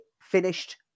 finished